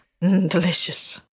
Delicious